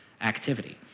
activity